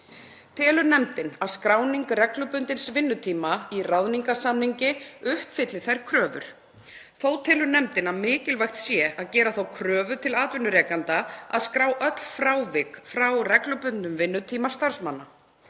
Telur nefndin að skráning reglubundins vinnutíma í ráðningarsamningi uppfylli þær kröfur. Þó telur nefndin að mikilvægt sé að gera þá kröfu til atvinnurekenda að skrá öll frávik frá reglubundnum vinnutíma starfsmanna.